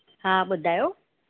हा ॿुधायो